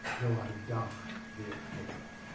though i die therefore.